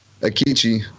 Akichi